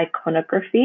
iconography